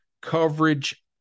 coverage